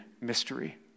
mystery